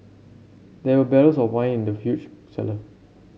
there were barrels of wine in the huge cellar